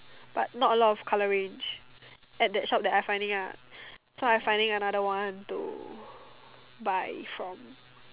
but not a lot of colour range at that shop that I finding ah so I finding another one to buy from